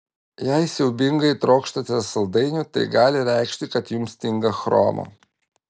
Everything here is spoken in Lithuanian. jei siaubingai trokštate saldainių tai gali reikšti kad jums stinga chromo